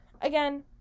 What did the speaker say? Again